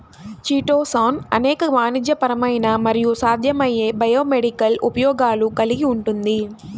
chitosan అనేక వాణిజ్యపరమైన మరియు సాధ్యమయ్యే బయోమెడికల్ ఉపయోగాలు కలిగి ఉంటుంది